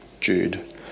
Jude